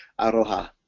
Aroha